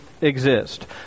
exist